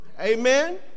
Amen